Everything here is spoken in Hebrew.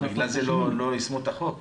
אז בגלל זה לא יישמו את החוק?